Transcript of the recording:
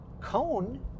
cone